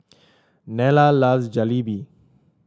Nella loves Jalebi